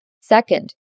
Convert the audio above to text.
Second